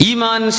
Iman